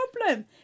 problem